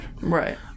Right